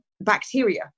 bacteria